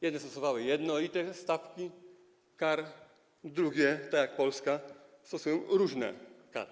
Jedne stosowały jednolite stawki kar, inne, tak jak Polska, stosują różne kary.